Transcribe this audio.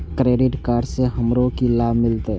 Credit card से हमरो की लाभ मिलते?